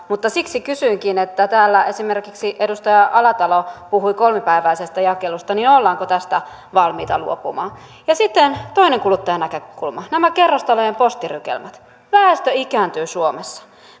mutta siksi kysynkin täällä esimerkiksi edustaja alatalo puhui kolmipäiväisestä jakelusta ollaanko tästä valmiita luopumaan sitten toinen kuluttajan näkökulma nämä kerrostalojen postirykelmät väestö ikääntyy suomessa